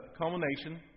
culmination